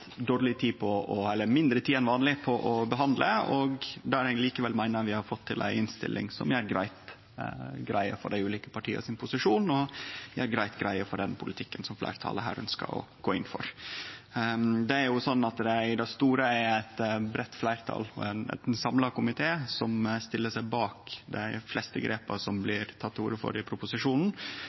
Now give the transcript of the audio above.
greie for dei ulike partia sin posisjon og for den politikken som fleirtalet her ønskjer å gå inn for. I det store er det eit breitt fleirtal, ein samla komité, som stiller seg bak dei fleste grepa som det blir tekne til orde for i proposisjonen,